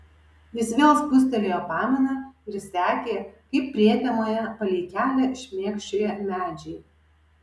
jis vėl spustelėjo paminą ir sekė kaip prietemoje palei kelią šmėkščioja medžiai